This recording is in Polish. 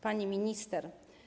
Pani Minister!